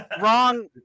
wrong